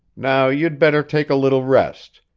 now you'd better take a little rest.